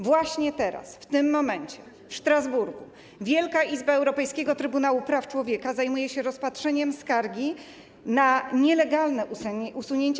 Właśnie teraz, w tym momencie, w Strasburgu Wielka Izba Europejskiego Trybunału Praw Człowieka zajmuje się rozpatrzeniem skargi na nielegalne usunięcie